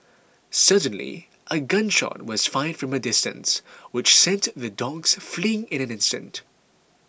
suddenly a gun shot was fired from a distance which sent the dogs fleeing in an instant